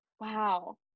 wow